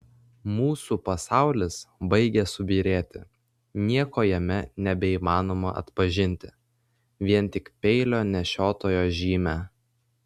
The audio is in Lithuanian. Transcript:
mūsų pasaulis baigia subyrėti nieko jame nebeįmanoma atpažinti vien tik peilio nešiotojo žymę